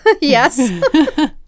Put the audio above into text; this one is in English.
yes